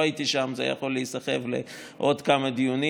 הייתי שם זה היה יכול להיסחב לעוד כמה דיונים.